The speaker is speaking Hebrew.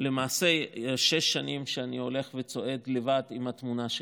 למעשה שש שנים שאני הולך וצועד לבד עם התמונה שלו.